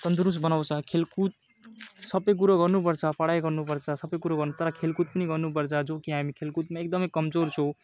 तन्दुरुस्त बनाउँछ खेलकुद सबै कुरो गर्नु पर्छ पढाइ गर्नु पर्छ सबै कुरो गर्न तर खेलकुद पनि गर्नु पर्छ जो कि हामी खेलकुदमा एकदम कमजोर छौँ